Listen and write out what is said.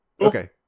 okay